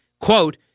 quote